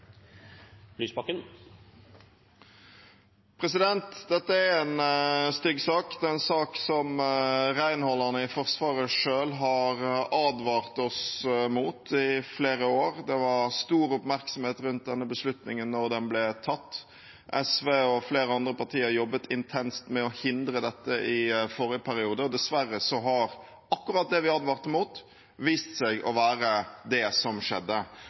Dette er en stygg sak. Det er en sak som renholderne i Forsvaret selv har advart oss mot i flere år. Det var stor oppmerksomhet rundt denne beslutningen da den ble tatt. SV og flere andre partier jobbet intenst med å hindre dette i forrige periode. Dessverre har akkurat det vi advarte mot, vist seg å være det som skjedde.